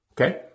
okay